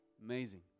Amazing